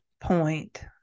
point